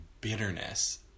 bitterness